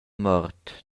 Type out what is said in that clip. mort